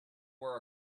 were